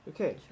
Okay